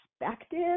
perspective